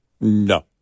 No